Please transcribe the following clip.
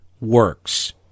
works